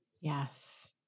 Yes